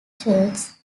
churches